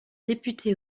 député